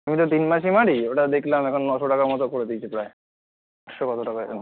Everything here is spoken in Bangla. আমি তো তিন মাসই মারি ওটা দেখলাম এখন নশো টাকার মতোন করে দিয়েছে প্রায় কতো টাকা